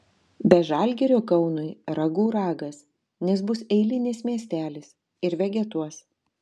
be žalgirio kaunui ragų ragas nes bus eilinis miestelis ir vegetuos